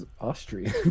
Austrian